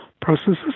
processes